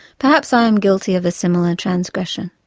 perhaps i am guilty of a similar transgression.